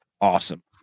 awesome